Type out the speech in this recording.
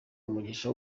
umugisha